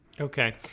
okay